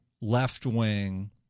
left-wing